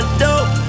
dope